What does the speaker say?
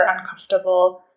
uncomfortable